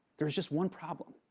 there was just one problem.